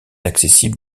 accessible